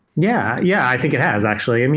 yeah. yeah, i think it has actually.